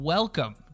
Welcome